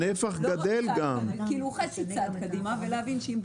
לגבי התכנון לא יכול להיות שנבנה עוד נמל באשדוד,